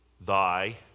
Thy